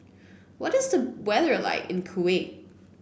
what is the weather like in Kuwait